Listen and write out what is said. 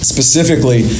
Specifically